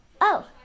Oh